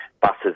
Buses